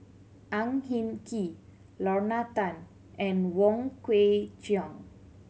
Ang Hin Kee Lorna Tan and Wong Kwei Cheong